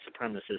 supremacists